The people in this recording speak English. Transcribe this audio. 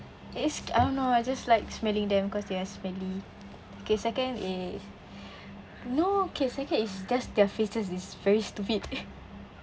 it's I don't know I just likes smelling them cause they're smelly okay second is no okay second is just their faces is very stupid